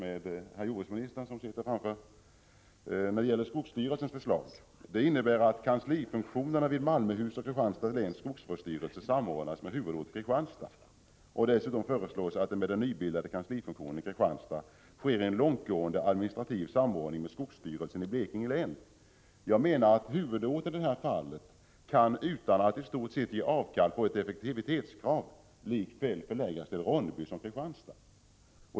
Det gällde det förslag från skogsstyrelsen som innebär att kanslifunktionerna vid Malmöhus och Kristianstads läns skogvårdsstyrelser skall samordnas och få Kristianstad som huvudort. Dessutom föreslås att det med den nybildade kanslifunktionen i Kristianstad skall ske en långtgående administrativ samordning med skogsstyrelsen i Blekinge län. Jag menar att verksamheten i det här fallet i stort sett utan att man ger avkall på ett effektivitetskrav lika väl kan förläggas till Ronneby som till Kristianstad.